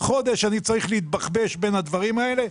חודש אני צריך להתבחבש בין הדברים האלה.